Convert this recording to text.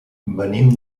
venim